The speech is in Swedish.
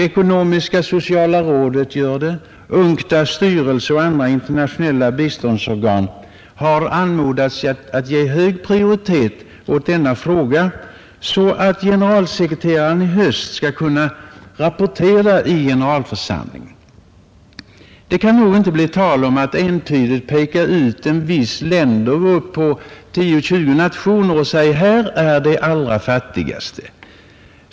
Ekonomisk-sociala rådet, UNCTAD:s styrelse och andra internationella biståndsorgan har också anmodats att ge hög prioritet åt saken, så att generalsekreteraren i höst skall kunna rapportera till generalförsamlingen. Det kan nog inte bli tal om att entydigt utpeka en särskild ländergrupp på säg 10—20 nationer och säga att just de är de allra fattigaste.